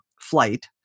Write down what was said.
flight